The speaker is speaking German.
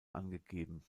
angegeben